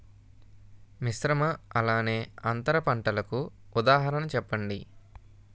మిశ్రమ అలానే అంతర పంటలకు ఉదాహరణ చెప్పండి?